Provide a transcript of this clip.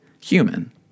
human